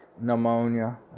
pneumonia